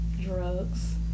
drugs